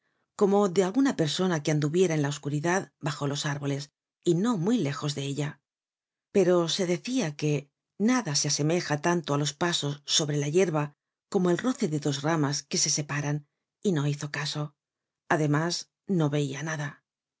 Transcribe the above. como de alguna persona que anduviera en la oscuridad bajo los árboles y no muy lejos de ella pero se decia que nada se asemeja tanto á los pasos sobre la yerba como el roce de dos ramas que se separan y no hizo caso además no veia nada